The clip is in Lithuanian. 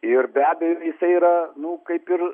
ir be abejo jisai yra nu kaip ir